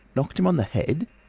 knocked him on the head?